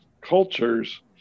cultures